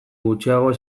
gutxiago